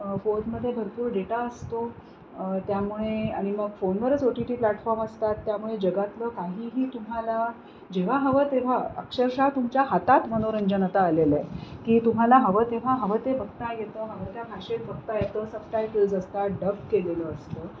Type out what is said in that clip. फोनमध्ये भरपूर डेटा असतो त्यामुळे आणि मग फोनवरच ओ टी टी प्लॅटफॉम असतात त्यामुळे जगातलं काहीही तुम्हाला जेव्हा हवं तेव्हा अक्षरशः तुमच्या हातात मनोरंजन आता आलेलं आहे की तुम्हाला हवं तेव्हा हवं ते बघता येतं हवं त्या भाषेत बघता येतं सबटायटल्स असतात डब केलेलं असतं